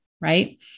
right